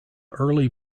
early